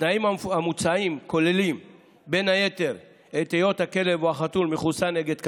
התנאים המוצעים כוללים בין היתר את היות הכלב או החתול מחוסן נגד כלבת,